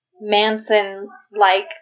Manson-like